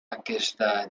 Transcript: aquesta